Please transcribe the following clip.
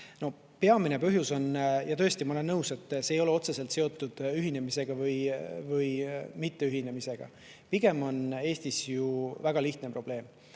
Peamine põhjus ei ole tõesti, ma olen nõus, otseselt seotud ühinemisega või mitteühinemisega. Pigem on Eestis väga lihtne probleem.